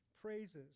praises